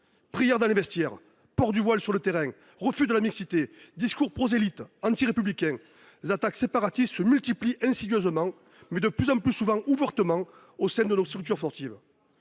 Prière dans les vestiaires, port du voile sur les terrains, refus de la mixité, discours prosélyte antirépublicain, les attaques séparatistes se multiplient insidieusement, mais de plus en plus souvent ouvertement, au sein de nos structures sportives.